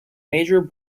major